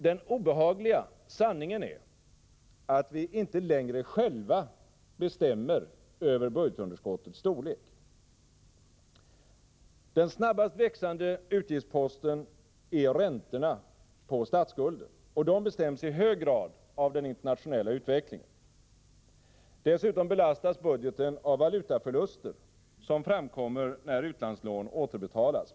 Den obehagliga sanningen är att vi inte längre själva bestämmer över budgetunderskottets storlek. Den snabbast växande utgiftsposten är räntorna på statsskulden, och de bestäms i hög grad av den internationella utvecklingen. Dessutom belastas budgeten av valutaförluster, som framkommer när utlandslån återbetalas.